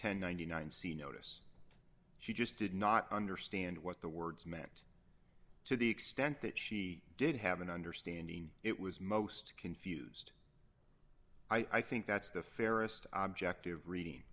and ninety nine dollars c notice she just did not understand what the words meant to the extent that she did have an understanding it was most confused i think that's the fairest object of reading